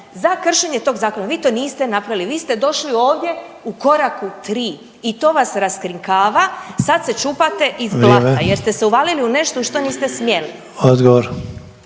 za kršenje tog zakona. Vi to niste napravili, vi ste došli ovdje u koraku 3 i to vas raskrinkava, sad se čuvate iz plamena …/Upadica: Vrijeme./… jer ste se uvalili u nešto u što niste smjeli.